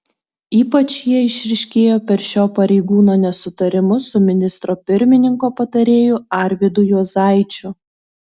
ypač jie išryškėjo per šio pareigūno nesutarimus su ministro pirmininko patarėju arvydu juozaičiu